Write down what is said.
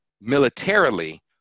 militarily